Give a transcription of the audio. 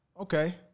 okay